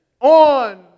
on